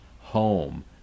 home